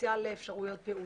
פוטנציאל אפשרויות הפעולה.